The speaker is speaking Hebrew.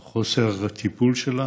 על חוסר הטיפול בה,